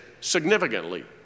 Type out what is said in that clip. significantly